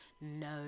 no